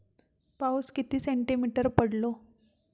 पाऊस किती सेंटीमीटर पडलो?